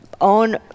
own